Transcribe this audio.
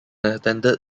attended